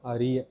அறிய